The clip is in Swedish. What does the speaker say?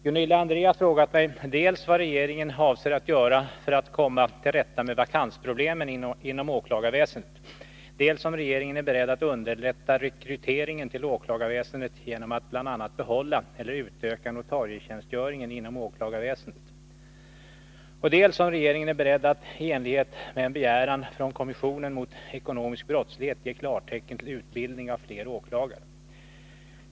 Herr talman! Gunilla André har frågat mig dels vad regeringen avser att göra för att komma till rätta med vakansproblemen inom åklagarväsendet, dels om regeringen är beredd att underlätta rekryteringen till åklagarväsendet genom att bl.a. behålla eller utöka notarietjänstgöringen inom åklagarväsendet, dels om regeringen är beredd att, i enlighet med en begäran från kommissionen mot ekonomisk brottslighet, ge klartecken till utbildning av fler åklagare.